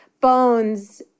bones